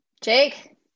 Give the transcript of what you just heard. Jake